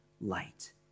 light